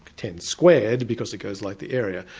ten squared because it goes like the area.